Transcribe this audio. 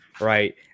right